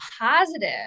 positive